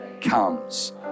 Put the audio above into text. comes